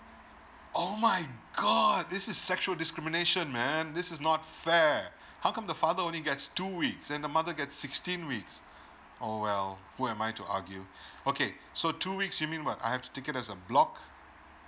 oh my god this is sexual discrimination man this is not fair how come the father only gets two weeks and the mother gets sixteen weeks oh well who am I to argue okay so two weeks you mean what I have to take it as a block